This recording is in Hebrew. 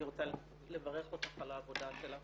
אני רוצה לברך אותך על העבודה שלך